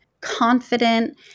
confident